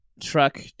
truck